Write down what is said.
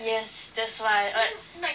yes that's why like